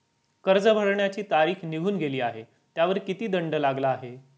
कर्ज भरण्याची तारीख निघून गेली आहे त्यावर किती दंड लागला आहे?